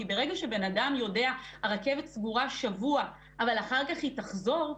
כי ברגע שאדם יודע שהרכבת סגורה לשבוע אבל אחר כך היא תחזור,